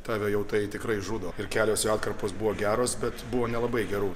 tave jau tai tikrai žudo ir kelios jo atkarpos buvo geros bet buvo nelabai gerų